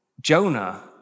Jonah